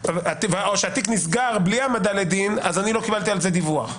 או שהתיק נסגר בלי העמדה לדין אני לא קיבלתי על זה דיווח.